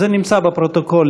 וזה נמצא בפרוטוקולים,